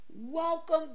Welcome